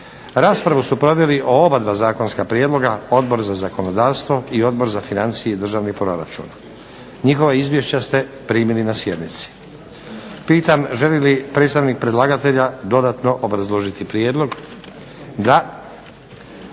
Raspravu su proveli o oba dva zakonska prijedloga Odbor za zakonodavstvo i Odbor za financije i državni proračun. Njihova izvješća ste primili na sjednici. Pitam želi li predstavnik predlagatelja dodatno obrazložiti prijedlog? Da.